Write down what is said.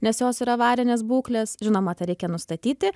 nes jos yra avarinės būklės žinoma tą reikia nustatyti